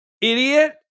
Idiot